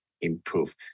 improve